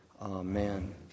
Amen